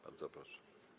Bardzo proszę.